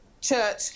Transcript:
church